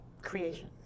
creation